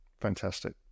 Fantastic